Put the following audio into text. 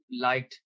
liked